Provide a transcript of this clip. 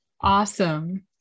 Awesome